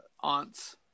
aunt's